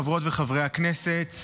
חברות וחברי הכנסת,